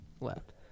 left